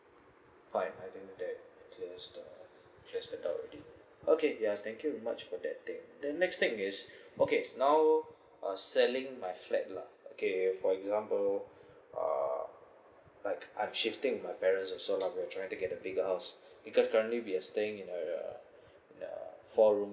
fine as in that uh just to check that's the doubt already okay ya thank you so much for that thing then next thing is okay now uh selling my flat lah okay for example uh like I'm shifting my parents also lah we're trying to get a bigger house because currently we are staying in a uh uh four room